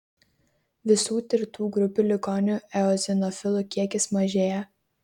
visų tirtų grupių ligonių eozinofilų kiekis mažėja